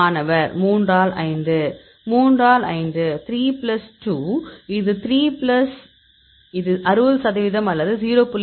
மாணவர் 3 ஆல் 5 3 ஆல் 5 3 பிளஸ் 2 இது 3 பிளஸ் இது 60 சதவீதம் அல்லது 0